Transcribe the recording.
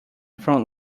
front